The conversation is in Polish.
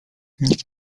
nikt